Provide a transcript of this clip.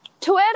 Twitter